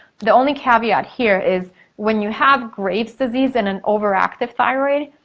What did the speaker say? the only caveat here is when you have graves disease and an overactive thyroid,